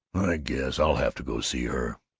i guess i'll have to go see her.